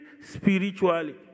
spiritually